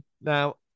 Now